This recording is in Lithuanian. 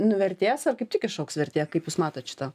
nuvertės ar kaip tik išaugs vertė kaip jūs matot šitą